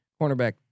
cornerback